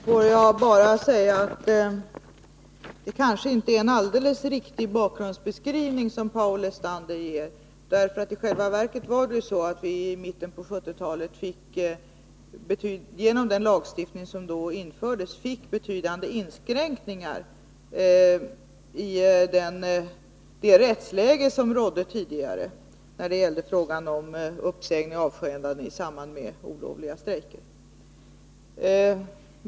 Herr talman! Får jag säga att den bakgrundsbeskrivning som Paul Lestander ger inte är helt riktig. I själva verket var det så att vi i mitten på 1970-talet, genom den lagstiftning som då infördes, fick betydande inskränkningar i det rättsläge som rådde tidigare när det gällde uppsägning och avskedanden i samband med olovliga strejker.